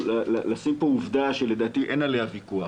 אני רוצה לשים פה עובדה שלדעתי אין עליה ויכוח